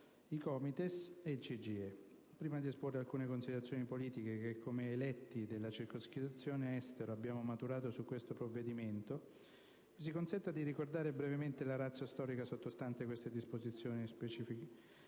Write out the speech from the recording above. all'estero). Prima di esporre alcune considerazioni politiche che come eletti della circoscrizione Estero abbiamo maturato su questo provvedimento, mi si consenta di ricordare brevemente la *ratio* storica sottostante a queste specifiche